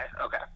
okay